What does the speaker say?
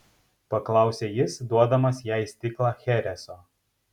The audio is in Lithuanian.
paklausė jis duodamas jai stiklą chereso